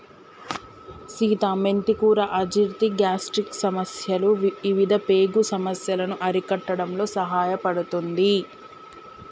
సీత మెంతి కూర అజీర్తి, గ్యాస్ట్రిక్ సమస్యలు ఇవిధ పేగు సమస్యలను అరికట్టడంలో సహాయపడుతుంది